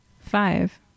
Five